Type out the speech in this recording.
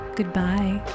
Goodbye